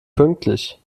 pünktlich